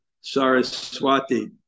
Saraswati